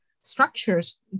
structures